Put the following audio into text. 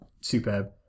superb